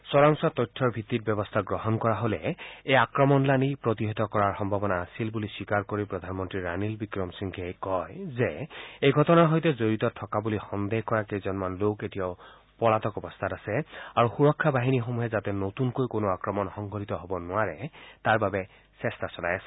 চোৰাংচোৱা তথ্যৰ ভিত্তিত ব্যৱস্থা গ্ৰহণ কৰা হলে এই আক্ৰমণলানি প্ৰতিহত কৰাৰ সম্ভাৱনা আছিল বুলি স্বীকাৰ কৰি প্ৰধানমন্ত্ৰী ৰানিল বিক্ৰমসিংঘেই কয় যে এই ঘটনাৰ সৈতে জড়িত বুলি সন্দেহ কৰা কেইজনমান লোক এতিয়াও পলাতক অৱস্থাত আছে আৰু সুৰক্ষা বাহিনীসমূহে যাতে নতুনকৈ কোনো আক্ৰমণ সংঘটিত হ'ব নোৱাৰে তাৰ বাবে চেষ্টা চলাই আছে